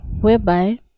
whereby